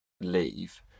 leave